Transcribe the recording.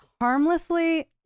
harmlessly